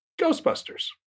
Ghostbusters